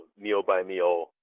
meal-by-meal